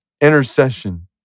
intercession